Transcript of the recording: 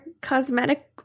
cosmetic